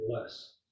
less